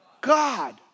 God